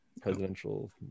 presidential